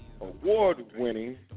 award-winning